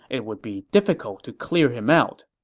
it would be difficult to clear him out.